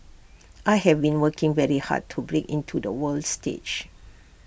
I have been working very hard to break into the world stage